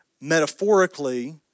metaphorically